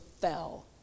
fell